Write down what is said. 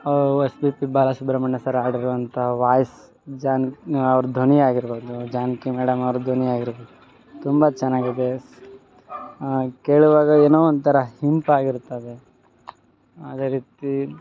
ಅವು S P B Balasubramanya sir ಹಾಡಿರುವಂಥ voice Janaki ಅವ್ರ ಧ್ವನಿ ಆಗಿರ್ಬೋದು ಜಾನಕಿ ಮೇಡಂ ಅವ್ರ ಧ್ವನಿ ಆಗಿರ್ಬೋದ್ ತುಂಬ ಚೆನ್ನಾಗಿದೆ ಸ್ ಕೇಳುವಾಗ ಏನೋ ಒಂಥರ ಇಂಪಾಗಿರ್ತದೆ ಅದೆ ರೀತಿ